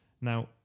now